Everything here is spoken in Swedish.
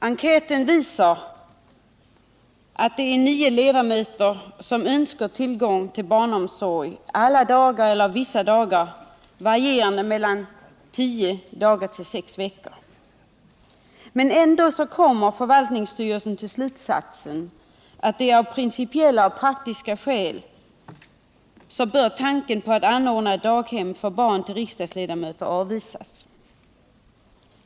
Enkäten visar att nio ledamöter önskar tillgång till barntillsyn alla dagar eller vissa dagar under sessionstid, varierande mellan tio dagar och sex veckor per riksmöte. Ändå kommer förvaltningsstyrelsen till slutsatsen att tanken på att anordna ett daghem för barn till riksdagsledamöter bör avvisas av principiella och praktiska skäl.